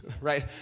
right